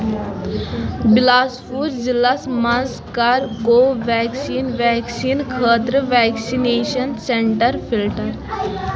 بِلاسپوٗر ضلعس مَنٛز کر کو ویٚکسیٖن ویکسیٖن خٲطرٕ ویکسِنیشن سینٹر فلٹر